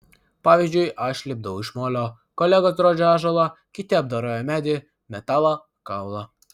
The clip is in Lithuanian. pavyzdžiui aš lipdau iš molio kolegos drožia ąžuolą kiti apdoroja medį metalą kaulą